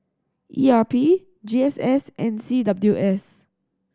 E R P G S S and C W S